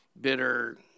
bitter